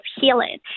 healing